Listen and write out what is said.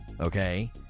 okay